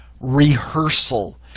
rehearsal